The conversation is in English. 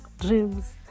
dreams